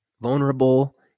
vulnerable